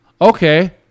Okay